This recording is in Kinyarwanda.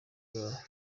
mbona